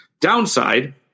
Downside